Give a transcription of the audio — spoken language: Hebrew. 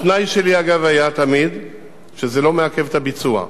התנאי שלי, אגב, היה תמיד שזה לא מעכב את הביצוע.